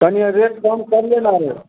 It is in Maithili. तनिएँ रेट कम करिऔ ने आरो